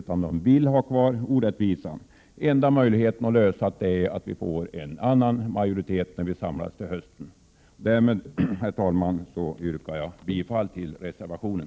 Man vill alltså ha kvar denna orättvisa. Det är bara om vi får en annan majoritet till hösten när vi åter samlas som det finns en möjlighet att lösa frågan. Med detta, herr talman, yrkar jag bifall till reservationen.